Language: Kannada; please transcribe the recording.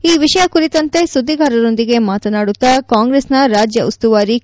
ಈ ವಿಷಯ ಕುರಿತಂತೆ ಸುದ್ದಿಗಾರರೊಂದಿಗೆ ಮಾತನಾದುತ್ತ ಕಾಂಗ್ರೆಸ್ನ ರಾಜ್ಯ ಉಸ್ತುವಾರಿ ಕೆ